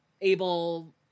able